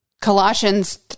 Colossians